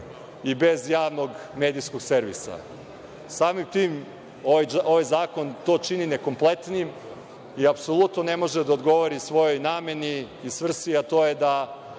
i bez Javnog medijskog servisa. Samim tim, ovaj zakon to čini ne kompletnim i apsolutno ne može da odgovori svojoj nameni i svrsi, a to je da